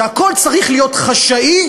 שהכול צריך להיות חשאי,